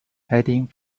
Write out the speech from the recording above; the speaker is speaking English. heading